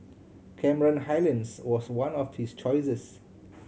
Cameron Highlands was one of his choices